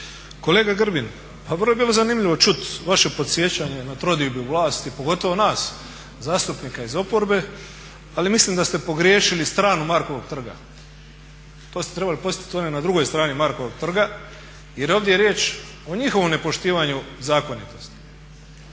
Kolega Grbin, pa vrlo je bilo zanimljivo čuti vaše podsjećanje na trodiobu vlasti pogotovo nas zastupnika iz oporbe, ali mislim da ste pogriješili stranu Markovog trga. To ste trebali podsjetiti one na drugoj strani Markovog trga, jer ovdje je riječ o njihovom nepoštivanju zakonitosti.